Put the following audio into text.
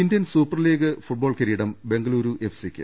Indian super league football കിരീടം ബെംഗലൂരു എഫ്സിക്ക്